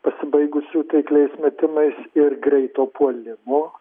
pasibaigusių taikliais metimais ir greito puolimo